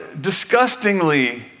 disgustingly